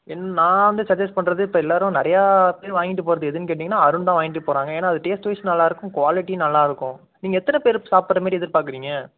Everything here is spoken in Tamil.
என் நான் வந்து சஜ்ஜஸ்ட் பண்ணுறது இப்போ எல்லோரும் நிறையா பேர் வாங்கிகிட்டு போவது எதுன்னு கேட்டிங்கன்னால் அருண் தான் வாய்ன்ட்டு போகிறாங்க ஏன்னால் அது டேஸ்ட்வைஸ் நல்லாயிருக்கும் குவாலிட்டியும் நல்லாயிருக்கும் நீங்கள் எத்தனை பேர் சாப்பிட்ற மாரி எதிர்பார்க்கறீங்க